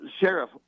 Sheriff